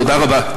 תודה רבה.